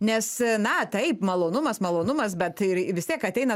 nes na taip malonumas malonumas bet ir vis tiek ateina